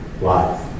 life